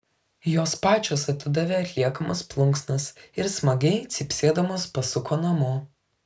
jos pačios atidavė atliekamas plunksnas ir smagiai cypsėdamos pasuko namo